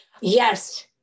Yes